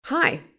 Hi